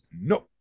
No